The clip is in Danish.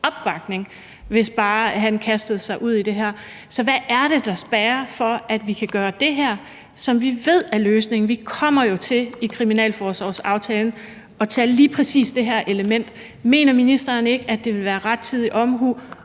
opbakning, hvis bare han kastede sig ud i det her. Så hvad er det, der spærrer for, at vi kan gøre det her, som vi ved er løsningen? Vi kommer jo til i kriminalforsorgsaftalen at tage lige præcis det her element op. Mener ministeren ikke, at det ville være rettidig omhu